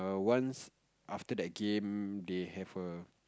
once after that game they have a